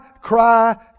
cry